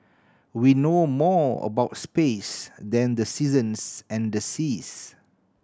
we know more about space than the seasons and the seas